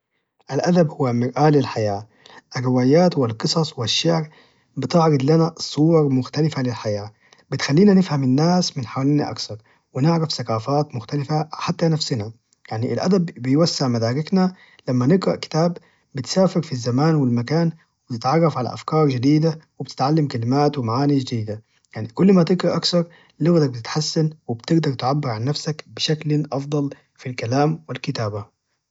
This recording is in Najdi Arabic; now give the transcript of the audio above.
الأدب هو مرآة للحياة الروايات والقصص والشعر بتعرض لنا صور مختلفة عن الحياة بتخلينا نفهم الناس من حولنا أكثر ونعرف ثقافات مختلفة حتى نفسنا يعني الأدب بيوسع مدارسنا لما نقرأ كتاب بتسافر في الزمان والمكان وبتتعرف على أفكار جديدة وبتتعلم كلمات ومعاني جديدة يعني كل ما تقرأ أكثر لغتك بتتحسن وبتجدر تعبر عن نفسك بشكل أفضل في الكلام والكتابة